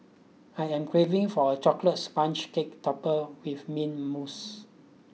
I am craving for a chocolate sponge cake topper with mint mousse